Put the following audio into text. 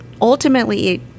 ultimately